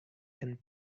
and